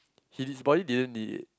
he his body didn't need it